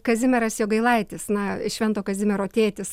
kazimieras jogailaitis na švento kazimiero tėtis